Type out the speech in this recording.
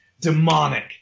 demonic